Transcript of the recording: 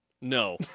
No